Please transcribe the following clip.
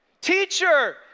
Teacher